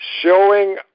showing